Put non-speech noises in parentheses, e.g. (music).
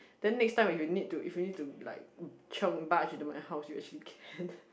then next time if you need to if you need to like chiong barge into my house you actually can (laughs)